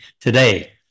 today